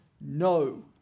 no